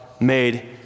made